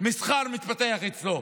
מסחר מתפתח אצלו.